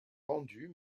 rendus